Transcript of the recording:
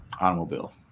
Automobile